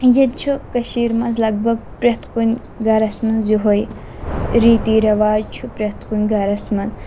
ییٚتہِ چھُ کٔشیٖر منٛز لگ بگ پرٛتھ کُنہِ گَرَس منٛز یِہَے ریٖتی رٮ۪واج چھُ پرٛتھ کُنہِ گَرَس منٛز